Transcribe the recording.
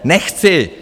Nechci!